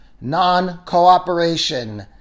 non-cooperation